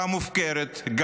וגם המופקרת,